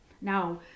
Now